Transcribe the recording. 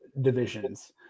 divisions